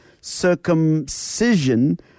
circumcision